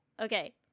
Okay